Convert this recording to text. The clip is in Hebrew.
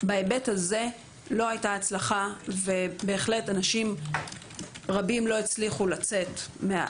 בהיבט הזה לא הייתה הצלחה ובהחלט אנשים רבים לא הצליחו לצאת מן